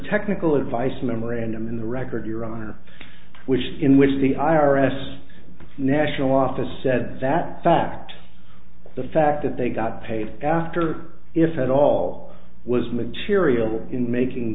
technical advice memorandum in the record your honor which in which the i r s national office said that fact the fact that they got paid after if at all was material in making